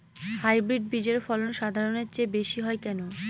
Hybrid বীজের ফলন সাধারণের চেয়ে বেশী হয় কেনো?